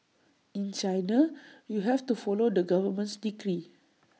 in China you have to follow the government's decree